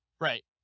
right